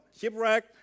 Shipwreck